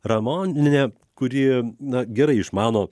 ramonienę kurį na gerai išmano